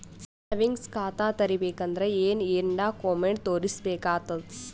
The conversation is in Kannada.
ಸೇವಿಂಗ್ಸ್ ಖಾತಾ ತೇರಿಬೇಕಂದರ ಏನ್ ಏನ್ಡಾ ಕೊಮೆಂಟ ತೋರಿಸ ಬೇಕಾತದ?